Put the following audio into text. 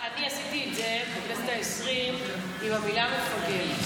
אני עשיתי את זה בכנסת העשרים עם המילה "מפגר".